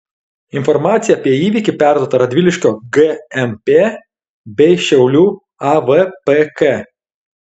informacija apie įvykį perduota radviliškio gmp bei šiaulių avpk